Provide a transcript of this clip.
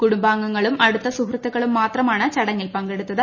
കുടുംബാംഗങ്ങളും അടുത്ത സുഹൃത്തുക്കളും മാത്രമാണ് ചടങ്ങിൽ പങ്കെടുത്തത്